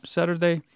Saturday